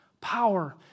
power